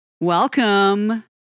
Welcome